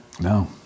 no